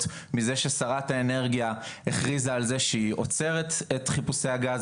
מזה ששרת האנרגיה הכריזה על זה שהיא עוצרת את חיפושי הגז,